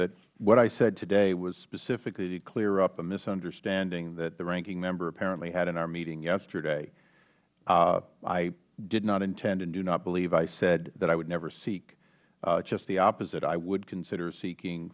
that what i said today was specifically to clear up a misunderstanding that the ranking member apparently had in our meeting yesterday i did not intend and do not believe i said that i would never seek just the opposite i would consider seeking